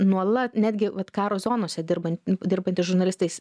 nuolat netgi vat karo zonose dirban dirbantys žurnalistais